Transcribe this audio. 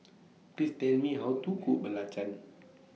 Please Tell Me How to Cook Belacan